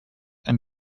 and